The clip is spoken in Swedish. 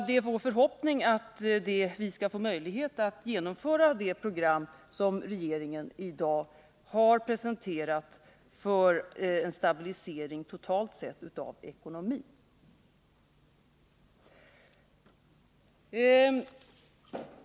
Det är vår förhoppning att vi skall få möjlighet att genomföra det program som regeringen i dag har presenterat för en stabilisering totalt sett av ekonomin.